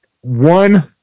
one